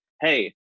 hey